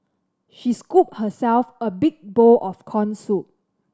she scooped herself a big bowl of corn soup